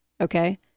okay